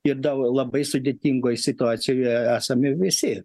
ir dau labai sudėtingoj situacijoje esame visi